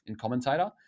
commentator